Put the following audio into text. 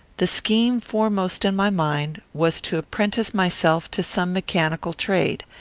the scheme foremost in my mind was to apprentice myself to some mechanical trade.